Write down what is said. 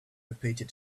repeated